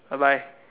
bye bye